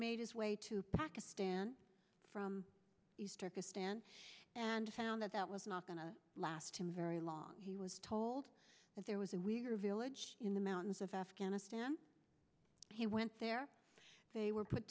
made his way to pakistan from the starkest stand and found that that was not going to last him very long he was told that there was a we are a village in the mountains of afghanistan he went there they were put